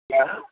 ఎవరు